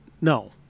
no